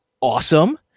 awesome